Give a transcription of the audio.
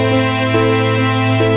and